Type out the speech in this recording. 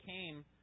came